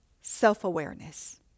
self-awareness